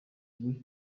majwi